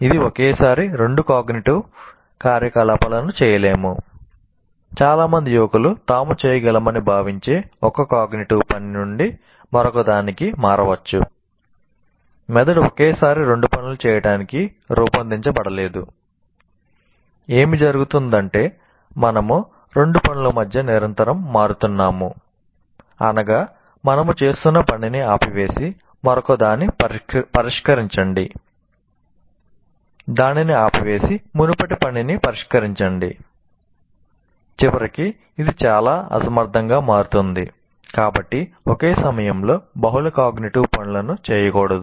ఇది ఒకేసారి రెండు కాగ్నిటివ్ పనులను చేయకూడదు